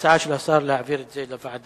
הצעה של השר להעביר את זה לוועדה,